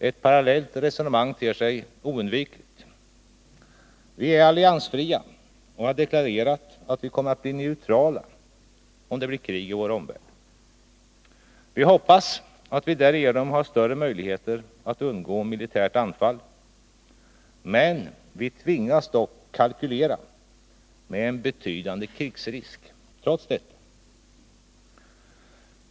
Ett parallellt resonemang ter sig oundvikligt. Vi är alliansfria och har deklarerat att vi kommer att bli neutrala om det blir krig i vår omvärld. Vi hoppas att vi därigenom har större möjligheter att undgå militärt anfall, men vi tvingas trots detta kalkylera med en betydande krigsrisk.